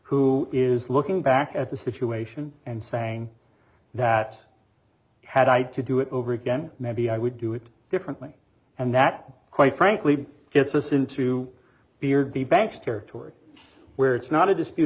who is looking back at the situation and saying that had i had to do it over again maybe i would do it differently and that quite frankly gets us into gear the banks territory where it's not a dispute